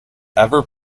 ever